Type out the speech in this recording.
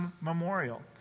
memorial